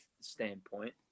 standpoint